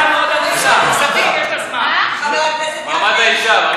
חוקה או מעמד האישה, מעמד האישה.